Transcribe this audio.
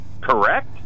Correct